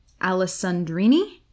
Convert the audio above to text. Alessandrini